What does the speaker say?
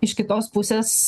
iš kitos pusės